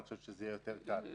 אני חושב שזה יהיה יותר קל.